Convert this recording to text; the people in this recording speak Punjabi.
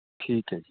ਠੀਕ ਹੈ ਜੀ